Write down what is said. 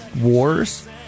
wars